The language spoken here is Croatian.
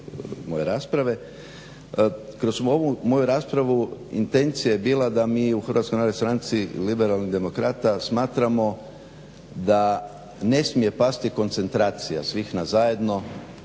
moje rasprave. kroz ovu moju raspravu intencija je bila da mi u HNS-u Liberalnih demokrata smatramo da ne smije pasti koncentracija svih nas zajedno,